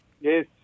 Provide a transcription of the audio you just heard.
Yes